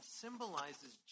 symbolizes